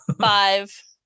Five